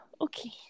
Okay